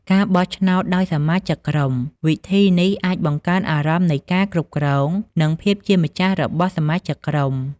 ការបោះឆ្នោតដោយសមាជិកក្រុម វិធីនេះអាចបង្កើនអារម្មណ៍នៃការគ្រប់គ្រង និងភាពជាម្ចាស់របស់សមាជិកក្រុម។